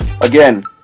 again